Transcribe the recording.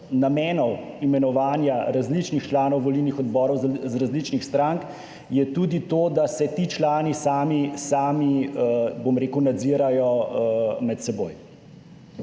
namenov imenovanja različnih članov volilnih odborov iz različnih strank je tudi to, da se ti člani sami, bom rekel, nadzirajo med seboj.